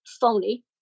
phony